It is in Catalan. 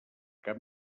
cap